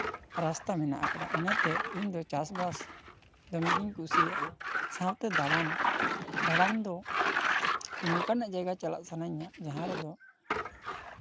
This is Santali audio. ᱨᱟᱥᱛᱟ ᱢᱮᱱᱟᱜ ᱠᱟᱫᱟ ᱚᱱᱟᱛᱮ ᱤᱧ ᱫᱚ ᱪᱟᱥᱼᱵᱟᱥ ᱫᱚᱢᱮ ᱜᱤᱧ ᱠᱩᱥᱤᱭᱟᱜᱼᱟ ᱥᱟᱶᱛᱮ ᱫᱟᱬᱟᱱ ᱫᱟᱬᱟᱱ ᱫᱚ ᱚᱱᱠᱟᱱᱟᱜ ᱡᱟᱭᱜᱟ ᱪᱟᱞᱟᱜ ᱥᱟᱱᱟᱧᱟ ᱡᱟᱦᱟᱸ ᱨᱮᱫᱚ